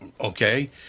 Okay